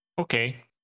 Okay